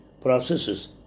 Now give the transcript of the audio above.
processes